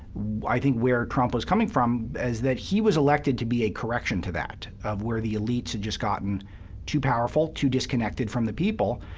i think, where trump was coming from, was that he was elected to be a correction to that, of where the elites had just gotten too powerful, too disconnected from the people.